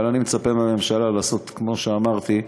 אבל אני מצפה מהממשלה לעשות, כמו שאמרתי,